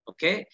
Okay